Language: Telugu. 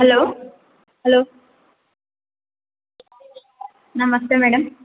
hello hello namaste madam